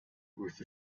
with